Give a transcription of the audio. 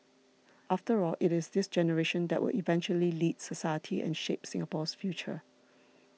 after all it is this generation that will eventually lead society and shape Singapore's future